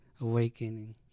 awakening